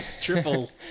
triple